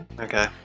Okay